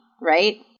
Right